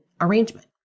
arrangement